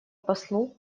послу